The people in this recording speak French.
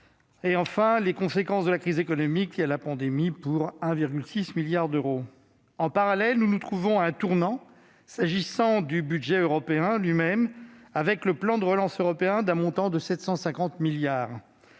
; enfin, les conséquences de la crise économique liée à la pandémie, pour 1,6 milliard d'euros. En parallèle, nous nous trouvons à un tournant s'agissant du budget européen lui-même, avec le plan de relance européen, d'un montant de 750 milliards